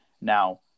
Now